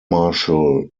martial